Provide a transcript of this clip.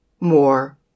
more